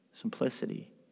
simplicity